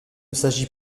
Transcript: s’agit